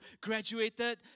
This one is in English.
graduated